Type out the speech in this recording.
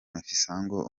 mafisango